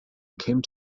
came